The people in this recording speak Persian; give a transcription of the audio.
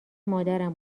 مادرم